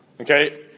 Okay